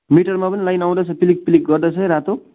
मिटरमा पनि लाइट आउँदैछ पिलिक पिलिक गर्दैछ रातो